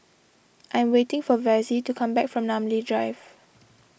I am waiting for Vassie to come back from Namly Drive